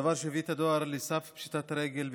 דבר שהביא את הדואר לסף פשיטת רגל,